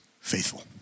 faithful